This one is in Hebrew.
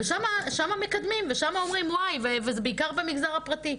שם מקדמים וזה בעיקר במגזר הפרטי.